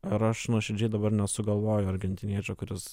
ir aš nuoširdžiai dabar nesugalvoju argentiniečio kuris